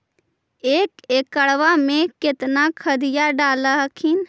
एक एकड़बा मे कितना खदिया डाल हखिन?